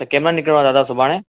त कंहिं महिल निकिरणो आहे दादा सुभाणे